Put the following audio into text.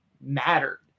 mattered